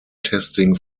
testing